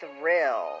thrill